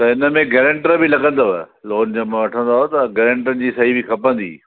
त हिनमें गैरंटर बि लॻंदव लोन जंहिंमहिल वठंदव त गैरंटर जी सही बि खपंदी